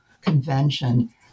convention